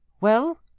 Well